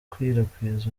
gukwirakwiza